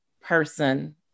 person